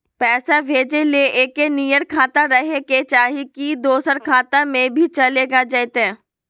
पैसा भेजे ले एके नियर खाता रहे के चाही की दोसर खाता में भी चलेगा जयते?